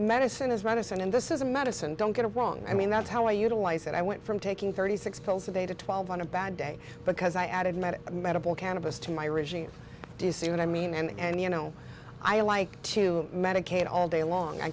medicine is right and this is a medicine don't get it wrong i mean that's how i utilize that i went from taking thirty six pills a day to twelve on a bad day because i added met medical cannabis to my regime to see what i mean and you know i like to medicate all day long i